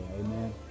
Amen